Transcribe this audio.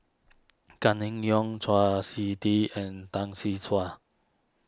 Gan nim Yong Chau Sik Ting and Tan see cuan